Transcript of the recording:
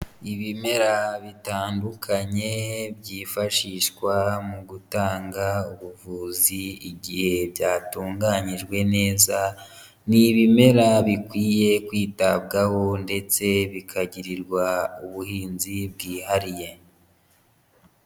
Ibimera bitandukanye byifashishwa mu gutanga ubuvuzi igihe byatunganyijwe neza, ni ibimera bikwiye kwitabwaho ndetse bikagirirwa ubuhinzi bwihariye.